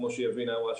כמו שיבינה אמרה,